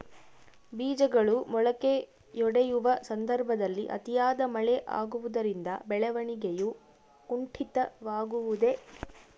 ಬೇಜಗಳು ಮೊಳಕೆಯೊಡೆಯುವ ಸಂದರ್ಭದಲ್ಲಿ ಅತಿಯಾದ ಮಳೆ ಆಗುವುದರಿಂದ ಬೆಳವಣಿಗೆಯು ಕುಂಠಿತವಾಗುವುದೆ?